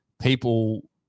people